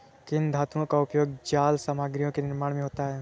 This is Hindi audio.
किन धातुओं का उपयोग जाल सामग्रियों के निर्माण में होता है?